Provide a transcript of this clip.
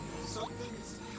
Something's